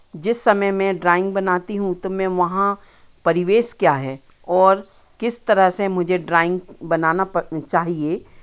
जिस समय मैं ड्राइंग बनाती हूँ तो मैं वहाँ परिवेश क्या है और किस तरह से मुझे ड्राइंग बनाना चाहिए